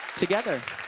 together.